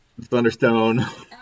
Thunderstone